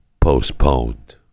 postponed